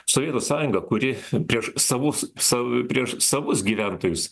sovietų sąjunga kuri prieš savus sav prieš savus gyventojus